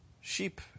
Sheep